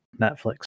Netflix